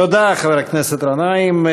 תודה, חבר הכנסת גנאים.